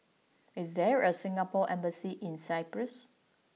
is there a Singapore Embassy in Cyprus